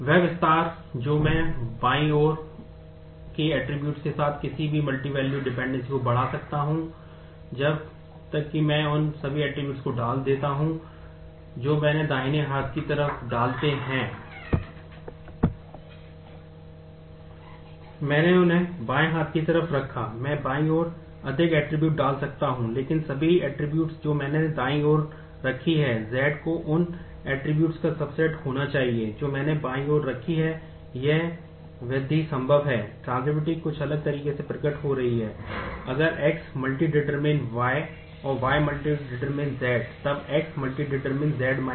वह विस्तार जो मैं बाईं और दाईं ओर की ऐट्रिब्यूट्स कुछ अलग तरीके से प्रकट हो रही है अगर X →→ Y और Y →→ Z तब X →→ Z Y